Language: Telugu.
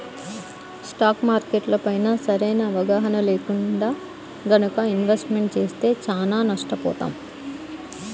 స్టాక్ మార్కెట్లపైన సరైన అవగాహన లేకుండా గనక ఇన్వెస్ట్మెంట్ చేస్తే చానా నష్టపోతాం